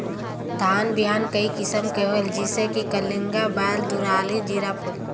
धान बिहान कई किसम के होयल जिसे कि कलिंगा, बाएल दुलारी, जीराफुल?